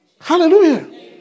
Hallelujah